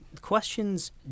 questions